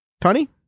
Tony